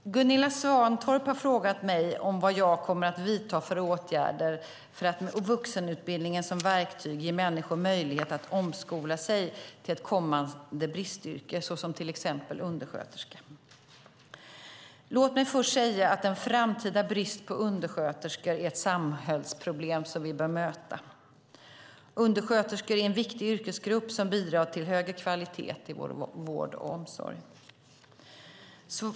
Fru talman! Gunilla Svantorp har frågat mig vad jag kommer att vidta för åtgärder för att med vuxenutbildningen som verktyg ge människor möjlighet att omskola sig till ett kommande bristyrke, till exempel undersköterska. Låt mig först säga att en framtida brist på undersköterskor är ett samhällsproblem som vi bör möta. Undersköterskor är en viktig yrkesgrupp som bidrar till högre kvalitet i vår vård och omsorg.